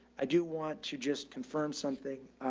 i do want to just confirm something,